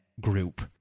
group